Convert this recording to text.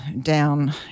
down